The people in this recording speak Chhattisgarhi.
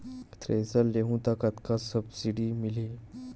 थ्रेसर लेहूं त कतका सब्सिडी मिलही?